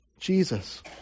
Jesus